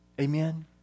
Amen